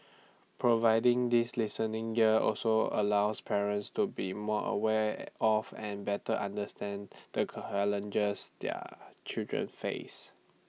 providing this listening ear also allows parents to be more aware of and better understand the challenges their children face